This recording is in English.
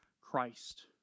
Christ